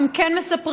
ואם כן מספרים,